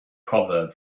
proverb